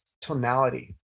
tonality